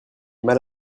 mal